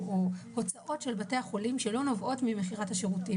זו הייתה האלטרנטיבה בתחילת הדרך,